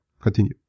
Continue